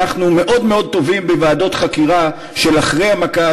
אנחנו מאוד מאוד טובים בוועדות חקירה של אחרי המכה,